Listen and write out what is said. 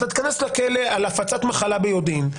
אתה תיכנס לכלא על הפצת מחלה ביודעין,